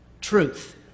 truth